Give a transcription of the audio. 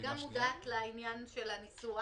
גם אני מודעת לעניין של הניסוח.